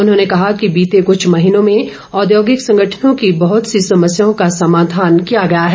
उन्होंने कहा कि बीते कुछ महीनों में औद्योगिक संगठनों की बहुत सी समस्याओं का समाधान किया गया है